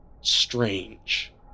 strange